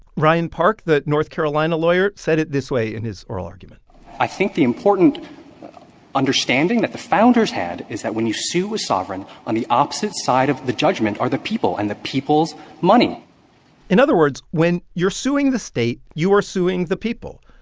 ryan park, the north carolina lawyer, said it this way in his oral argument i think the important understanding that the founders had is that when you sue a sovereign, on the opposite side of the judgment are the people and the people's money in other words, when you're suing the state, you are suing the people.